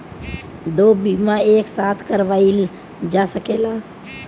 दो बीमा एक साथ करवाईल जा सकेला?